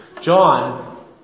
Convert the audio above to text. John